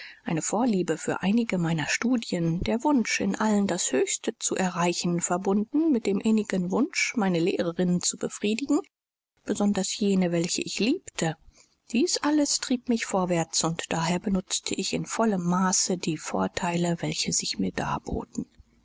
eine vorliebe für einige meiner studien der wunsch in allen das höchste zu erreichen verbunden mit dem innigen wunsch meine lehrerinnen zu befriedigen besonders jene welche ich liebte dies alles trieb mich vorwärts und daher benutzte ich in vollem maße die vorteile welche sich mir darboten